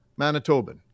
Manitoban